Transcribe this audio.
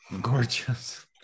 gorgeous